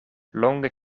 longe